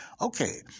Okay